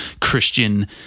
Christian